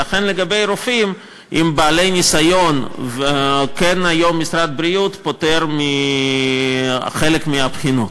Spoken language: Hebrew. ואכן לגבי רופאים בעלי ניסיון משרד הבריאות כן פוטר היום מחלק מהבחינות.